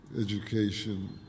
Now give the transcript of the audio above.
education